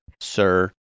sir